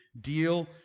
deal